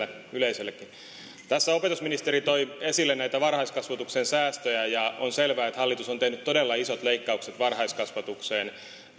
tässä opetusministeri toi esille näitä varhaiskasvatuksen säästöjä ja on selvää että hallitus on tehnyt todella isot leikkaukset varhaiskasvatukseen